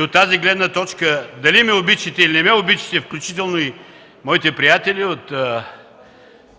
От тази гледна точка дали ме обичате или не ме обичате, включително и моите приятели,